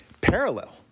parallel